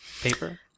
paper